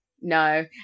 no